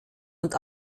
und